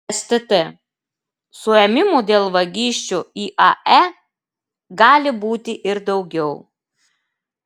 stt suėmimų dėl vagysčių iae gali būti ir daugiau